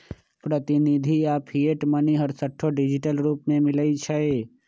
प्रतिनिधि आऽ fiat money हरसठ्ठो डिजिटल रूप में मिलइ छै